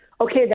Okay